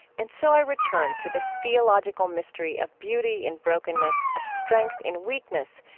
and so i return to this theological mystery of beauty in brokenness, of strength in weakness,